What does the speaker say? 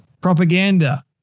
propaganda